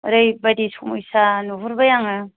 ओरैबादि समस्या नुहुरबाय आङो